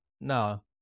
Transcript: No